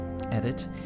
Edit